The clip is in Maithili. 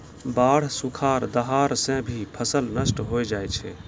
बाढ़, सुखाड़, दहाड़ सें भी फसल नष्ट होय जाय छै